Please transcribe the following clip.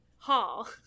Hall